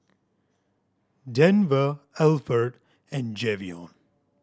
Denver Alford and Javion